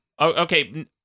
Okay